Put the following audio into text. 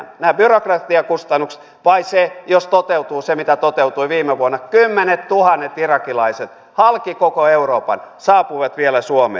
nämä byrokratiakustannukset vai se jos toteutuu se mitä toteutui viime vuonna kymmenettuhannet irakilaiset halki koko euroopan saapuivat vielä suomeen